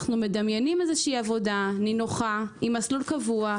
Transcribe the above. אנחנו מדמיינים עבודה נינוחה עם מסלול קבוע,